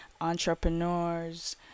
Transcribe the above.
entrepreneurs